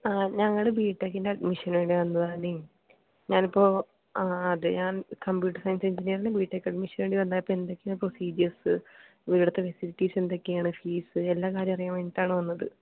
ആ ഞങ്ങൾ ബി ടെക്കിൻ്റെ അഡ്മിഷന് വേണ്ടി വന്നതാണെ ഞാനിപ്പോൾ അതെ ഞാൻ കമ്പ്യൂട്ടർ സയൻസ് എൻജിനിയറിൻ്റെ ബി ടെക്ക് അഡ്മിഷന് വേണ്ടി വന്നതാണ് അപ്പോൾ എന്തൊക്കെയാ പ്രൊസീജിയേഴ്സ് ഇവിടുത്തെ ഫെസിലിറ്റീസ് എന്തൊക്കെയാണ് ഫീസ് എല്ലാം കാര്യം അറിയാൻ വേണ്ടീട്ടാണ് വന്നത്